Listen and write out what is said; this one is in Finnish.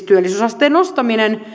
työllisyysasteen nostaminen